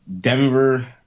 Denver